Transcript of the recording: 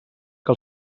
que